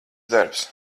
darbs